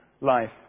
life